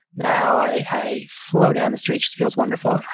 now, i i flow down the street just feels wonderful.